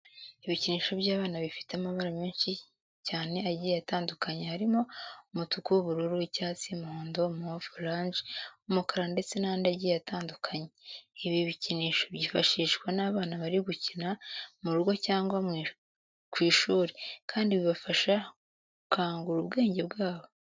Ibikinisho by'abana bifite amabara menshi cyane agiye atandukanye harimo umutuku, ubururu, icyatsi, umuhondo, move, oranje, umukara ndetse n'andi agiye atandukanye. Ibi bikinisho byifashishwa n'abana bari gukina mu rugo cyangwa ku ishuri kandi bibafasha gukangura ubwenge bwabo.